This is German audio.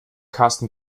karsten